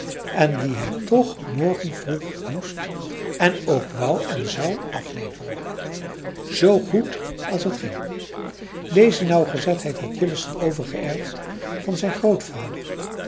en die hij toch morgen vroeg moest en ook wou en zou afleveren zoo goed als het ging deze nauwgezetheid had jillessen overgeërfd van zijn grootvader